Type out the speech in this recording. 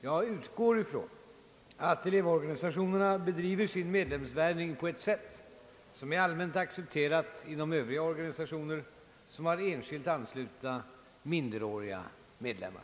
Jag utgår från att elevorganisationerna bedriver sin medlemsvärvning på ett sätt som är allmänt accepterat inom Övriga organisationer, som har enskilt anslutna minderåriga medlemmar.